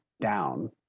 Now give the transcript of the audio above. down